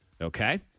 Okay